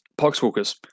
poxwalkers